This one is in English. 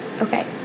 Okay